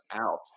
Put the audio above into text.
out